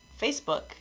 facebook